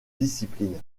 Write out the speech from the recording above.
discipline